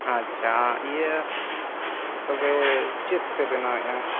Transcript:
ᱟᱪᱪᱷᱟ ᱤᱭᱟᱹ ᱛᱚᱵᱮ ᱪᱮᱫᱯᱮ ᱵᱮᱱᱟᱣ ᱮᱫᱟ